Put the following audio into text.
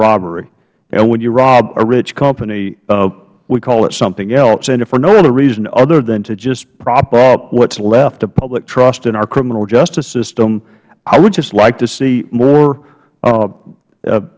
robbery and when you rob a rich company we call it something else and if for no other reason other than to just prop up what's left of public trust in our criminal justice system i would just like to see more